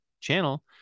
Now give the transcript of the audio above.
channel